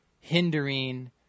hindering